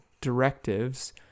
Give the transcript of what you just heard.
directives